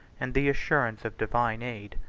and the assurance of divine aid.